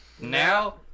Now